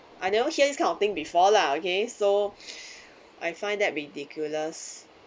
I never hear this kind of thing before lah okay so I find that ridiculous